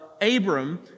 Abram